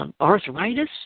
Arthritis